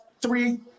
three